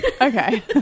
Okay